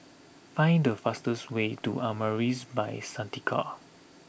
find the fastest way to Amaris By Santika